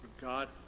God